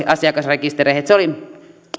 asiakasrekistereihin se oli